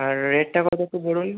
আর রেটটা কত একটু বলুন